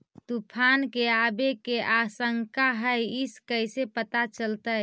तुफान के आबे के आशंका है इस कैसे पता चलतै?